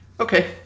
Okay